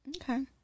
Okay